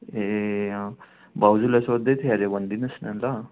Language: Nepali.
ए भाउजूलाई सोद्धै थियो हरे भनिदिनु होस् न ल